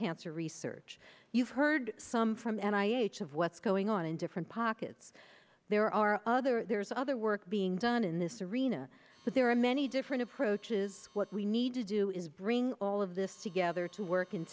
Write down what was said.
cancer research you've heard some from and i each of what's going on in different pockets there are other there's other work being done in this arena but there are many different approaches what we need to do is bring all of this together to work in